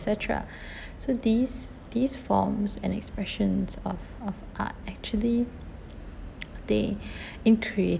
et cetera so these these forms and expressions of of art actually they increase